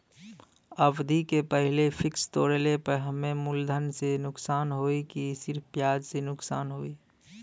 अवधि के पहिले फिक्स तोड़ले पर हम्मे मुलधन से नुकसान होयी की सिर्फ ब्याज से नुकसान होयी?